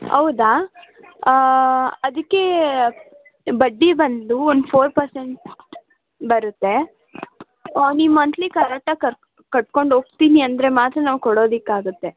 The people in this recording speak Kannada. ಹೌದಾ ಅದಕ್ಕೆ ಬಡ್ಡಿ ಬಂದು ಒಂದು ಫೋರ್ ಪರ್ಸೆಂಟ್ ಬರುತ್ತೆ ನೀವು ಮಂತ್ಲಿ ಕರೆಕ್ಟಾಗಿ ಕರ ಕಟ್ಟ್ಕೊಂಡು ಹೋಗ್ತಿನಿ ಅಂದರೆ ಮಾತ್ರ ನಾವು ಕೊಡೋದಕ್ಕಾಗತ್ತೆ